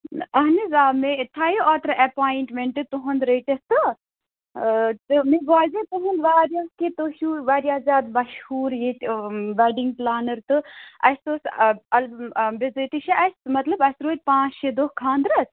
اَہَن حظ آ میٚے تھایو اوترٕ ایٚپوایِنٛٹمٮ۪نٛٹہٕ تُہُنٛد رٔٹِتھ تہٕ مےٚ بوزِیٚو تُہُنٛد واریاہ کہِ تُہۍ چھِو واریاہ زیادٕ مَشہوٗر ییٚتہِ ویٚڈِنٛگ پُلانَر تہٕ اَسہِ اوس بِِذٲتی چھِ اَسہِ مطلب اَسہِ روٗدۍ پانٛژھ شےٚ دۄہ خانٛدرَس